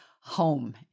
home